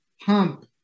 hump